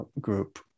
group